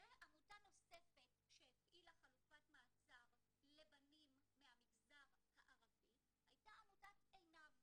ועמותה נוספת שהפעילה חלופת מעצר לבנים מהמגזר הערבי הייתה עמותת 'ענב'.